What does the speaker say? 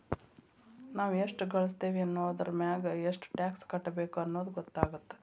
ನಾವ್ ಎಷ್ಟ ಗಳಸ್ತೇವಿ ಅನ್ನೋದರಮ್ಯಾಗ ಎಷ್ಟ್ ಟ್ಯಾಕ್ಸ್ ಕಟ್ಟಬೇಕ್ ಅನ್ನೊದ್ ಗೊತ್ತಾಗತ್ತ